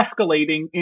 escalating